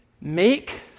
make